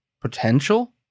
potential